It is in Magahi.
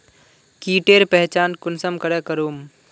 कीटेर पहचान कुंसम करे करूम?